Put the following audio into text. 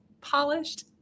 polished